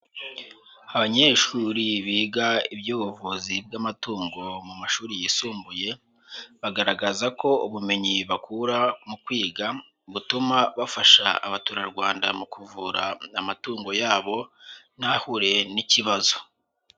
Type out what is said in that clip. Abanyeshuri biga iby'ubuvuzi bw'amatungo mu mashuri yisumbuye, bagaragaza ko ubumenyi bakura mu kwiga butuma bafasha abaturarwanda mu kuvura amatungo yabo ntahure n'ikibazo.